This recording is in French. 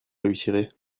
réussirez